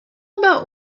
about